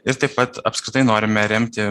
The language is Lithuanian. ir taip pat apskritai norime remti